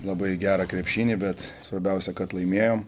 labai gerą krepšinį bet svarbiausia kad laimėjom